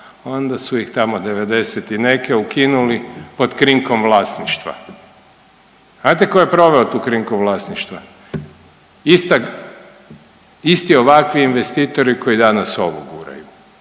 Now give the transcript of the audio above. onda su ih tamo 90. i neke ukinuli pod krinkom vlasništva. Znate tko je proveo tu krinku vlasništva? Ista, isti ovakvi investitori koji danas ovu guraju.